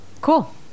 cool